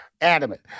adamant